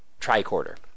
tricorder